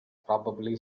probably